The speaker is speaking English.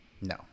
No